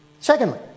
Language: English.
Secondly